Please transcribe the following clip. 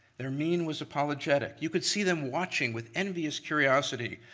their mean was apologetic. you could see them watching with envious curiosity,